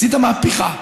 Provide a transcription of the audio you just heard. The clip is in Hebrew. עשית מהפכה.